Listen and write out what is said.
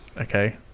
okay